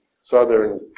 southern